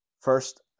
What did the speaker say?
first